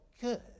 good